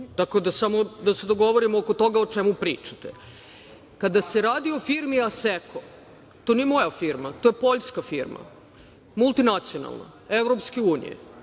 samo da se dogovorimo oko toga o čemu pričate. Kada se radi o firmi "Aseko", to nije moja firma, to je poljska firma, multinacionalna, EU.